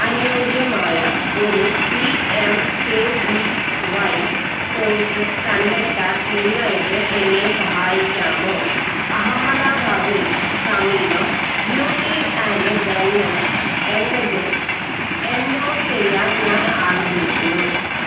അനുയോജ്യമായ ഒരു P M K V Y course കണ്ടെത്താൻ നിങ്ങൾക്ക് എന്നെ സഹായിക്കാമോ അഹമ്മദാബാദിൽ സമീപം ബ്യൂട്ടി ആൻഡ് വെൽനെസ്സ് എന്നതിൽ എൻറോൾ ചെയ്യാൻ ഞാൻ ആഗ്രഹിക്കുന്നു